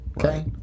Okay